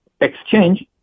exchange